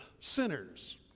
sinners